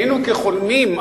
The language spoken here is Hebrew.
היינו כחולמים,